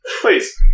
Please